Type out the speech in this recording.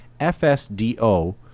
FSDO